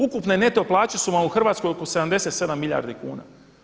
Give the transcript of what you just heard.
Ukupne neto plaće su vam u Hrvatskoj oko 77 milijardi kuna.